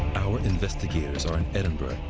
our investigators are in edinburgh,